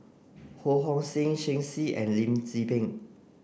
Ho Hong Sing Shen Xi and Lim Tze Peng